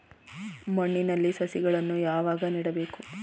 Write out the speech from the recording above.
ಮಣ್ಣಿನಲ್ಲಿ ಸಸಿಗಳನ್ನು ಯಾವಾಗ ನೆಡಬೇಕು?